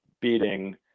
beating